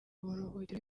buruhukiro